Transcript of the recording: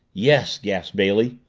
yes, gasped bailey.